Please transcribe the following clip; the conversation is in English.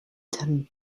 ten